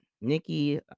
Nikki